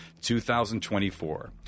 2024